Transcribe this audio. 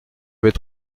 avait